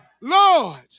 Lord